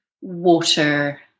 water